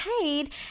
paid